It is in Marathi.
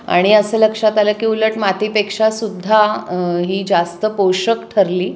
आणि असं लक्षात आलं की उलट मातीपेक्षासुद्धा ही जास्त पोषक ठरली